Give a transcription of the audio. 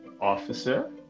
officer